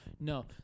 no